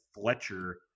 Fletcher